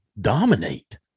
dominate